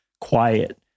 quiet